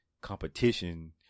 competition